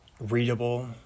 readable